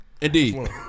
Indeed